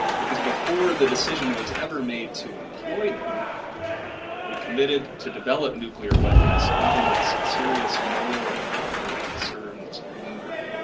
because before the decision was ever made to employ them we committed to develop nuclear weapons even as serious moral and ethical concerns lingered.